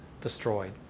destroyed